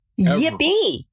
Yippee